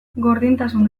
gordintasun